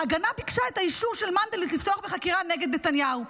ההגנה ביקשה את האישור של מנדלבליט לפתוח בחקירה נגד נתניהו.